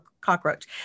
cockroach